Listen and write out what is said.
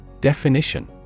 Definition